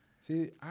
See